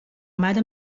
mare